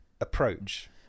approach